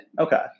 Okay